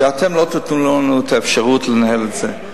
שאתם לא תיתנו לנו את האפשרות לנהל את זה.